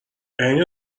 عین